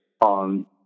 on